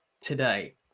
today